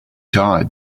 die